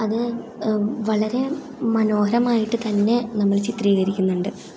അത് വളരെ മനോഹരമായിട്ട് തന്നെ നമ്മൾ ചിത്രീകരിക്കുന്നുണ്ട്